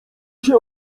się